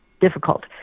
difficult